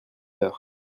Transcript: heures